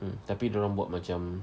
mm tapi dia buat macam